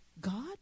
God